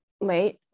late